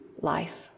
life